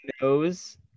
knows